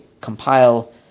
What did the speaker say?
compile